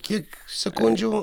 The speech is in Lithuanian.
kiek sekundžių